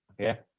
okay